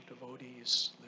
devotees